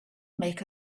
make